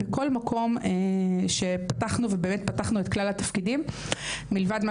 בכל מקום שפתחנו ובאמת פתחנו את כלל התפקידים מלבד מה